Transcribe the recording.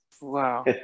Wow